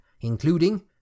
including